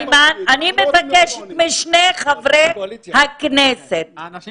אני מבקשת משני חברי הכנסת ------ האנשים